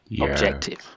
objective